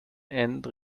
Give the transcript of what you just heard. and